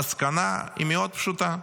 המסקנה היא מאוד פשוטה: